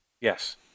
Yes